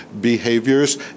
behaviors